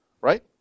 right